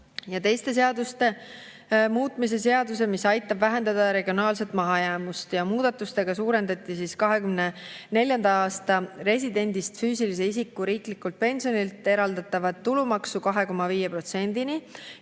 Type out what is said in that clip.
ja teiste seaduste muutmise seaduse, mis aitab vähendada regionaalset mahajäämust. Muudatustega suurendati 2024. aasta residendist füüsilise isiku riiklikult pensionilt eraldatavat tulumaksu 2,5%-ni